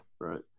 right